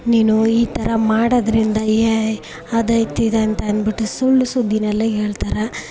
ನೀನು ಈ ಥರ ಮಾಡೋದ್ರಿಂದ ಏಯ್ ಅದಾಯಿತು ಇದು ಅಂತ ಅಂದುಬಿಟ್ಟು ಸುಳ್ಳು ಸುದ್ದಿಯೆಲ್ಲ ಹೇಳ್ತಾರೆ